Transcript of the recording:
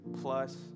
plus